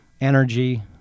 energy